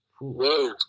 Whoa